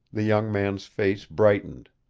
the young man's face brightened.